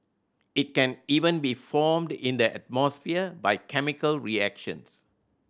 it can even be formed in the atmosphere by chemical reactions